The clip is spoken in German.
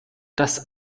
das